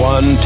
One